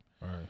Right